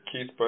Keith